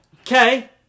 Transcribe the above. okay